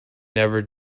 never